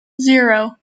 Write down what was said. zero